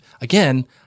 again